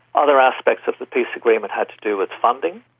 other aspects of the peace agreement had to do with funding.